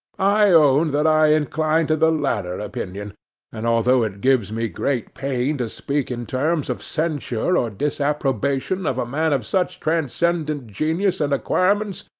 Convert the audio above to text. i own that i incline to the latter opinion and although it gives me great pain to speak in terms of censure or disapprobation of a man of such transcendent genius and acquirements,